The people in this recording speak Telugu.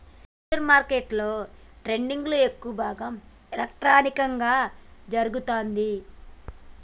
ఫ్యూచర్స్ మార్కెట్ల ట్రేడింగ్లో ఎక్కువ భాగం ఎలక్ట్రానిక్గా జరుగుతాంది